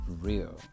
real